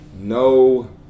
no